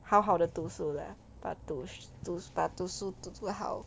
好好地读书 lah 把读读把读书读好